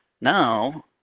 Now